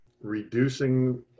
reducing